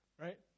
right